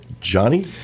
Johnny